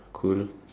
cool